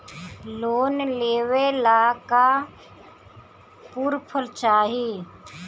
Loan लेवे ला का पुर्फ चाही?